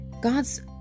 God's